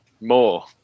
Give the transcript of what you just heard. more